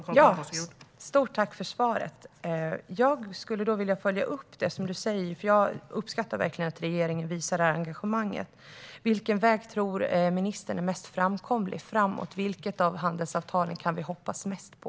Herr talman! Stort tack för svaret! Jag uppskattar verkligen att regeringen visar ett sådant engagemang. Jag skulle vilja följa upp det du sa med att fråga vilken väg ministern tror är mest framkomlig? Vilket av handelsavtalen kan vi hoppas mest på?